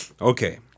Okay